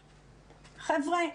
חבר'ה,